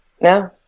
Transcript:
No